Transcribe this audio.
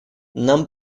нам